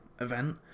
event